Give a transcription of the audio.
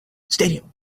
stadium